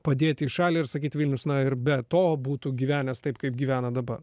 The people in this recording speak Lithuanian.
padėti į šalį ir sakyt vilnius na ir be to būtų gyvenęs taip kaip gyvena dabar